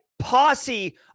posse